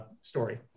story